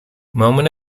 moment